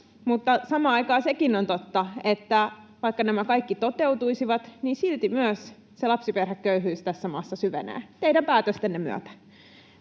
samaan aikaan sekin on totta, että vaikka nämä kaikki toteutuisivat, niin silti myös lapsiperheköyhyys tässä maassa syvenee teidän päätöstenne myötä.